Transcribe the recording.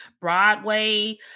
Broadway